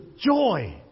joy